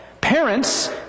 Parents